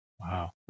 Wow